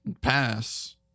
pass